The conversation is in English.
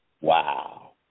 wow